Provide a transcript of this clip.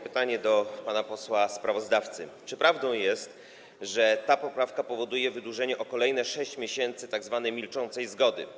Pytanie do pana posła sprawozdawcy: Czy prawdą jest, że ta poprawka powoduje wydłużenie o kolejne 6 miesięcy tzw. milczącej zgody?